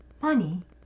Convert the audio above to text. money